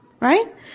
Right